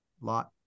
lot